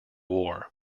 war